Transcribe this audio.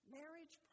marriage